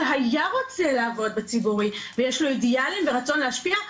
שהיה רוצה לעבוד בציבורי ויש לו אידיאלים ורצון להשפיע,